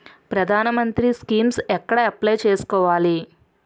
ప్రధాన మంత్రి స్కీమ్స్ ఎక్కడ అప్లయ్ చేసుకోవాలి?